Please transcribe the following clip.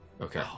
okay